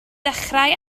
dechrau